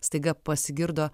staiga pasigirdo